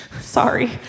Sorry